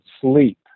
sleep